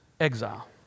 exile